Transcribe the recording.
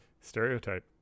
Stereotype